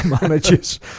managers